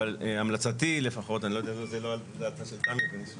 אבל המלצתי היא אני לא יודע אם זה לא על דעתה של תמי --- יש